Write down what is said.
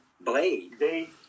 Blade